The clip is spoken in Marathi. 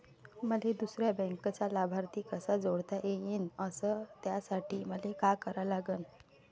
मले दुसऱ्या बँकेचा लाभार्थी कसा जोडता येईन, अस त्यासाठी मले का करा लागन?